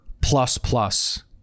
plus-plus